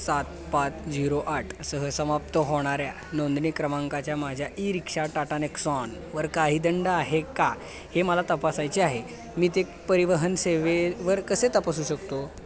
सात पाच झिरो आठसह समाप्त होणाऱ्या नोंदणी क्रमांकाच्या माझ्या ई रिक्षा टाटा नेक्सॉनवर काही दंड आहे का हे मला तपासायचे आहे मी ते परिवहन सेवेवर कसे तपासू शकतो